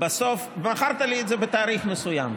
מכרת לי את זה בתאריך מסוים.